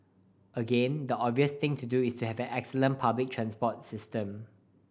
again the obvious thing to do is to have an excellent public transport system